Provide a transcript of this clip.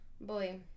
boy